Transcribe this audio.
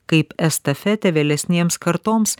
kaip estafetę vėlesnėms kartoms